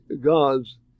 gods